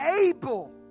able